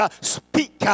Speak